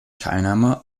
teilnahme